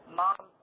mom